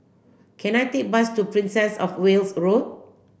can I take a bus to Princess Of Wales Road